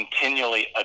continually